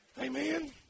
Amen